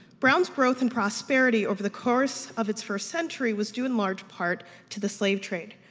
brown's growth and prosperity over the course of its first century was due in large part to the slave trade.